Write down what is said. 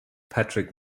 patrick